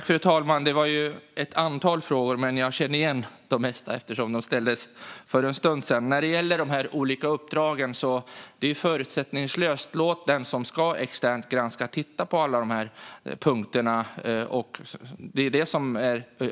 Fru talman! Det var ett antal frågor, men jag känner igen de flesta eftersom de ställdes för en stund sedan. Först var det frågan om de olika uppdragen. Låt det vara förutsättningslöst; låt den externa granskaren titta på alla punkterna.